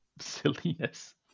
silliness